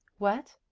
what?